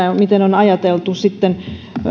ja miten on ajateltu sitten